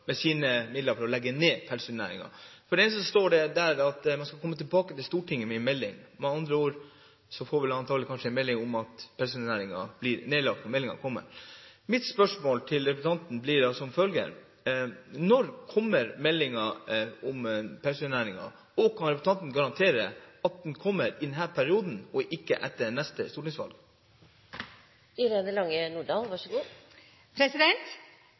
for å legge ned pelsdyrnæringen. For øvrig står det i meldingen at man skal komme tilbake til Stortinget med en melding. Med andre ord: Når meldingen kommer, får vi antakelig en beskjed om at pelsdyrnæringen blir nedlagt. Mitt spørsmål til representanten blir da som følger: Når kommer meldingen om pelsdyrnæringen? Kan representanten garantere at den kommer i denne perioden og ikke etter neste stortingsvalg?